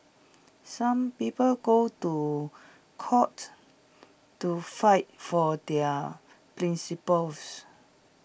some people go to court to fight for their principles